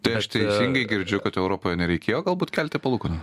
tai aš teisingai girdžiu kad europoje nereikėjo galbūt kelti palūkanų